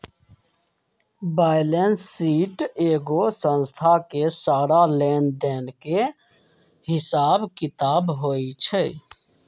balance sheet एगो संस्था के सारा लेन देन के हिसाब किताब होई छई